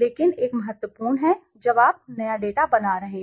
लेकिन एक बात महत्वपूर्ण है जब आप नया डेटा बना रहे हों